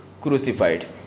crucified